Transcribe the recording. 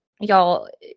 y'all